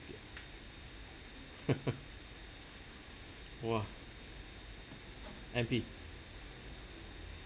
ya !wah! M_P